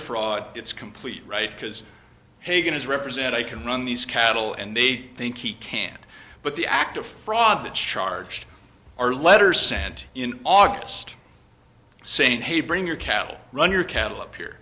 fraud it's complete right because hagan is represented i can run these cattle and they think he can but the act of fraud that charged our letter sent in august saying hey bring your cattle run your cattle up here